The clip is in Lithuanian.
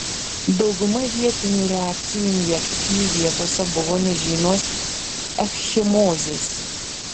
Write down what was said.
dauguma vietinių reakcijų injekcijų vietose buvo nežymios ekchimozės